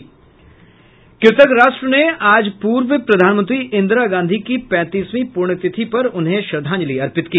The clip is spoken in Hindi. कृतज्ञ राष्ट्र ने आज पूर्व प्रधानमंत्री इंदिरा गांधी की पैंतीसवीं पृण्यतिथि पर उन्हें श्रद्धांजलि अर्पित की